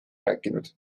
rääkinud